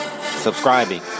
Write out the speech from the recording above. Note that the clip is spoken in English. subscribing